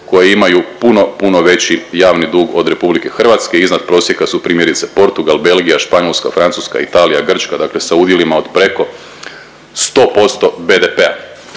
koje imaju puno, puno veći javni dug od RH. Iznad prosjeka su primjerice Portugal, Belgija, Španjolska, Francuska, Italija, Grčka, dakle sa udjelima od preko 100% BDP-a.